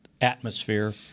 atmosphere –